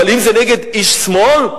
אבל אם זה נגד איש שמאל,